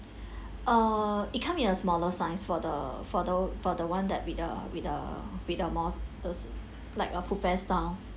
uh it come in a smaller size for the for the for the one that with a with a with a more like a buffet style